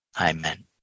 amen